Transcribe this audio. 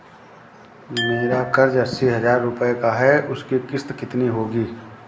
मेरा कर्ज अस्सी हज़ार रुपये का है उसकी किश्त कितनी होगी?